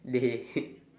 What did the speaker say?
dey